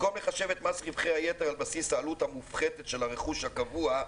במקום לחשב את מס רווחי היתר על בסיס העלות המופחתת של הרכוש הקבוע,